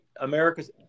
America's